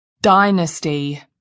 dynasty